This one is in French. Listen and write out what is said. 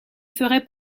ferai